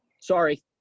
Sorry